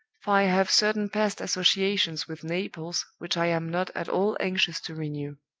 for i have certain past associations with naples which i am not at all anxious to renew.